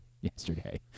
yesterday